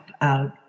out